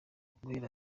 guhera